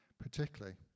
particularly